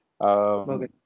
Okay